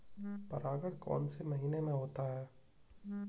परागण कौन से महीने में होता है?